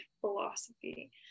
philosophy